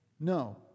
No